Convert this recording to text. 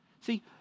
See